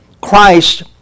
Christ